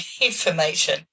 information